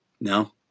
No